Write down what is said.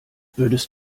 würdest